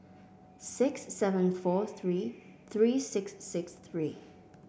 six seven four three three six six three